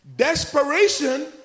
Desperation